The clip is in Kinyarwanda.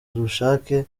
ubushake